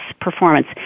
performance